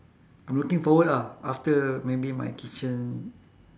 I'm looking forward ah after maybe my kitchen